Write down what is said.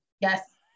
Yes